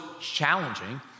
challenging